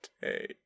day